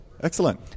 excellent